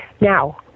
Now